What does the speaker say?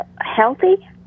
healthy